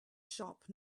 sharp